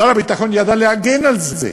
שר הביטחון ידע להגן על זה,